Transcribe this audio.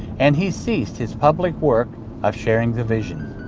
and he ceased his public work of sharing the visions.